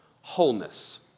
wholeness